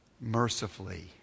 mercifully